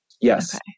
Yes